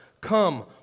Come